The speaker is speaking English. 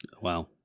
Wow